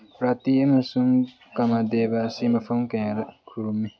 ꯔꯥꯇꯤ ꯑꯃꯁꯨꯡ ꯀꯃꯗꯦꯕ ꯑꯁꯤ ꯃꯐꯝ ꯀꯌꯥꯗ ꯈꯨꯔꯨꯝꯃꯤ